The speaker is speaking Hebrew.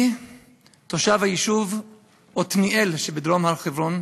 אני תושב היישוב עתניאל שבדרום הר-חברון,